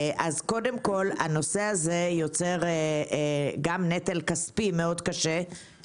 הנושא הזה יוצר גם נטל כספי מאוד כבד על